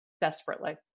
desperately